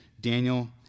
Daniel